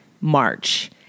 March